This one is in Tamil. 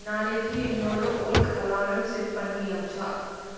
நாளைக்கு என்னோட ஒர்க் அலாரம் செட் பண்ணியாச்சா